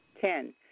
Ten